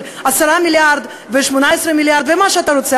10 מיליארד ו-18 מיליארד ומה שאתה רוצה,